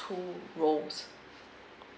two rolls